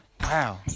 wow